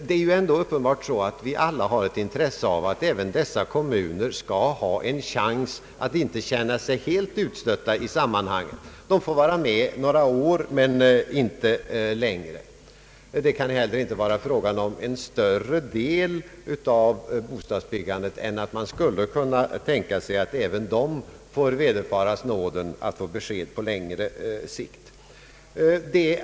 Vi har alla uppenbart ett intresse av att även dessa kommuner skall ha en chans att inte känna sig helt utstötta i sammanhanget. De får vara med några år men inte längre. Det kan inte heller vara frågan om en större del av bostadsbyggandet än att man skulle kunna tänka sig att även de får vederfaras nåden av ett besked på längre sikt.